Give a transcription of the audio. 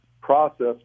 process